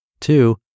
Two